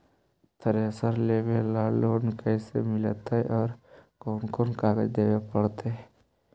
Thresher लेबे ल loan कैसे मिलतइ और कोन कोन कागज देबे पड़तै?